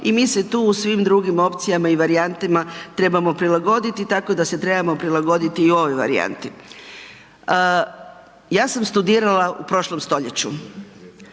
I mi se tu u svim drugim opcijama i varijantama trebamo prilagoditi tako da se trebamo prilagoditi i ovoj varijanti. Ja sam studirala u prošlom stoljeću